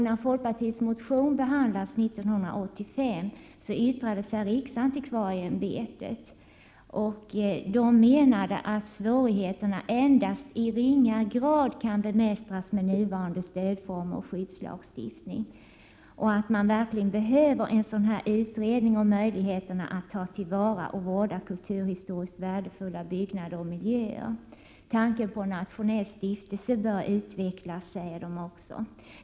När folkpartiets motion behandlades 1985 yttrade sig riksantikvarieämbetet och menade att svårigheterna endast i ringa grad kunde bemästras med nuvarande stödform och skyddslagstiftning och att man verkligen behövde en utredning om möjligheterna att ta till vara och vårda kulturhistoriskt värdefulla byggnader och miljöer. Tanken på en nationell stiftelse borde utvecklas, sade ämbetet också.